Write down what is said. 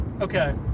okay